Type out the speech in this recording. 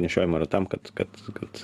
nešiojama yra tam kad kad kad